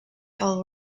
all